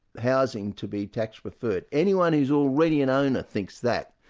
housing to be tax-preferred'. anyone who's already an owner thinks that.